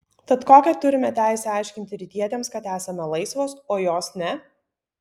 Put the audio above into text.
tad kokią turime teisę aiškinti rytietėms kad esame laisvos o jos ne